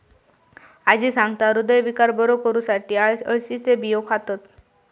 आजी सांगता, हृदयविकार बरो करुसाठी अळशीचे बियो खातत